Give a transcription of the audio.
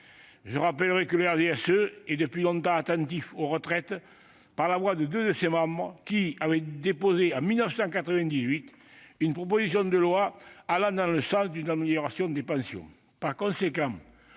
Je rappelle qu'il est depuis longtemps attentif aux retraités : ainsi, deux de ses membres ont déposé en 1998 une proposition de loi allant dans le sens d'une amélioration des pensions.